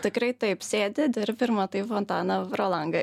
tikrai taip sėdi dirbi ir matai fontaną pro langą